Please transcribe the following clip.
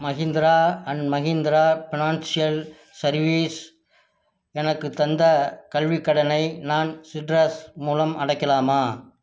Mahindra and Mahindra financial service எனக்கு தந்த கல்வி கடனை நான் சிட்ரஸ் மூலம் அடைக்கலாமா